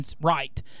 right